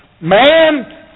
Man